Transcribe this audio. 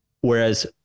whereas